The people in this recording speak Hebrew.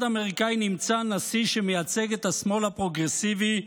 האמריקאי נמצא נשיא שמייצג את השמאל הפרוגרסיבי,